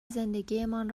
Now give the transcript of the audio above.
زندگیمان